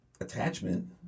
attachment